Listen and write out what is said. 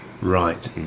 right